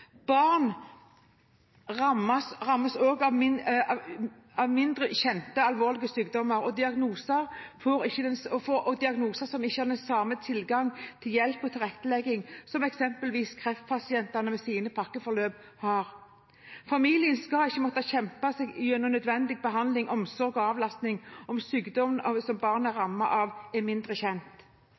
barn, rammes en hel familie. Barn rammet av mindre kjente alvorlige sykdommer og diagnoser, får ikke den samme tilgang til hjelp og tilrettelegging, slik som eksempelvis kreftpasienter med sine pakkeforløp har. Familien skal ikke måtte kjempe seg til nødvendig behandling, omsorg og avlastning om sykdommen barnet er rammet av, er mindre kjent.